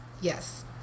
yes